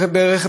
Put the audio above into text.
שבעתיים,